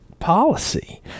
policy